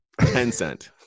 Tencent